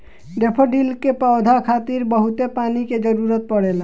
daffodil के पौधा खातिर बहुते पानी के जरुरत पड़ेला